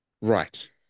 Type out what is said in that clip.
Right